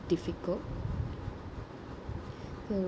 difficult